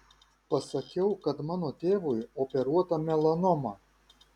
pasakiau kad mano tėvui operuota melanoma